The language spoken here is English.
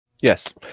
Yes